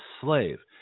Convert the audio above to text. slave